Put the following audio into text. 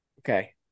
okay